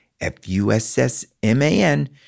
F-U-S-S-M-A-N